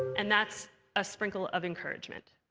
and that's a sprinkle of encouragement.